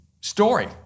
story